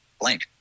blank